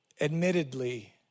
Admittedly